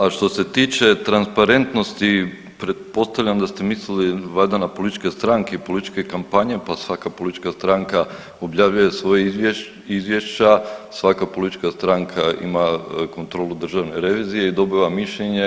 A što se tiče transparentnosti pretpostavljam da ste mislili valjda na političke stranke i političke kampanje, pa svaka politička stranka objavljuje svoja izvješća, svaka politička stranaka ima kontrolu Državne revizije i dobiva mišljenje.